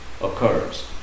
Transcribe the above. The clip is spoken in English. occurs